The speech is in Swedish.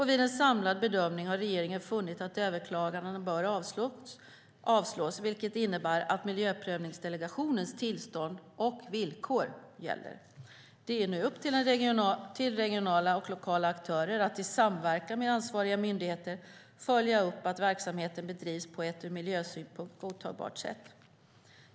Vid en samlad bedömning har regeringen funnit att överklagandena bör avslås vilket innebär att miljöprövningsdelegationens tillstånd och villkor gäller. Det är nu upp till regionala och lokala aktörer att i samverkan med ansvariga myndigheter följa upp att verksamheten bedrivs på ett ur miljösynpunkt godtagbart sätt.